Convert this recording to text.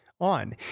On